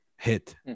hit